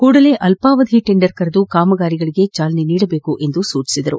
ಕೂಡಲೇ ಅಲ್ವಾವಧಿ ಟೆಂಡರ್ ಕರೆದು ಕಾಮಗಾರಿಗಳಿಗೆ ಚಾಲನೆ ನೀಡುವಂತೆ ಸೂಚಿಸಿದರು